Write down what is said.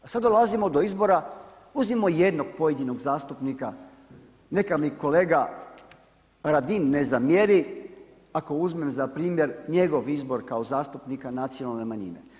A sad dolazimo do izbora uzmimo jednog pojedinog zastupnika, neka mi kolega Radin ne zamjeri ako uzmem za primjer njegov izbor kao zastupnika nacionalne manjine.